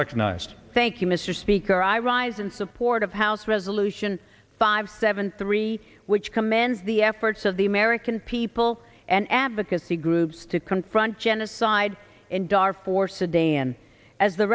recognized thank you mr speaker i rise in support of house resolution five seven three which commands the efforts of the american people and advocacy groups to confront genocide in darfur sudan as the